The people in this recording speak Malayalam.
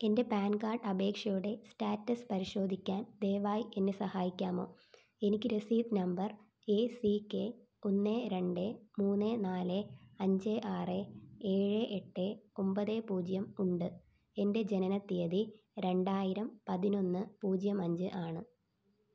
എൻ്റെ പാൻ കാഡ് അപേക്ഷയുടെ സ്റ്റാറ്റസ് പരിശോധിക്കാൻ ദയവായി എന്നെ സഹായിക്കാമോ എനിക്ക് രസീത് നമ്പർ എ സി കെ ഒന്ന് രണ്ട് മൂന്ന് നാല് അഞ്ച് ആറ് ഏഴ് എട്ട് ഒൻപത് പൂജ്യം ഉണ്ട് എൻ്റെ ജനനത്തീയതി രണ്ടായിരം പതിനൊന്ന് പൂജ്യം അഞ്ച് ആണ്